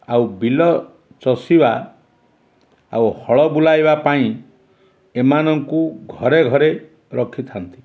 ଆଉ ବିଲ ଚଷିବା ଆଉ ହଳ ବୁଲାଇବା ପାଇଁ ଏମାନଙ୍କୁ ଘରେ ଘରେ ରଖିଥାନ୍ତି